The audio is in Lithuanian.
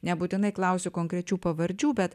nebūtinai klausiu konkrečių pavardžių bet